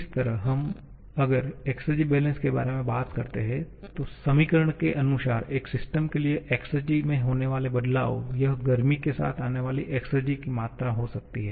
इसी तरह अगर हम एक्सेरजी बैलेंस के बारे में बात करते हैं तो समीकरण के अनुसार एक सिस्टम के लिए एक्सेरजी में होनेवाला बदलाव यह गर्मी के साथ आने वाली एक्सेरजी की मात्रा हो सकती है